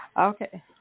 okay